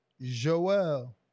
Joel